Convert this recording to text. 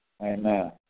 Amen